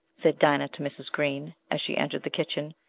said dinah to mrs. green, as she entered the kitchen.